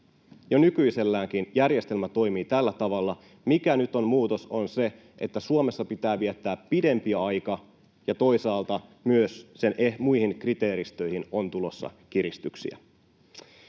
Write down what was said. Jo nykyiselläänkin järjestelmä toimii tällä tavalla. Se, mikä nyt on muutos, on se, että Suomessa pitää viettää pidempi aika ja toisaalta myös sen muihin kriteeristöihin on tulossa kiristyksiä.